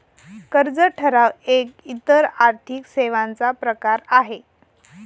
कर्ज ठराव एक इतर आर्थिक सेवांचा प्रकार आहे